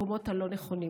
למקומות הלא-נכונים.